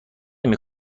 نمی